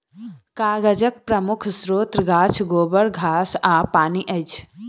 कागजक प्रमुख स्रोत गाछ, गोबर, घास आ पानि अछि